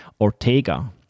Ortega